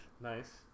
Nice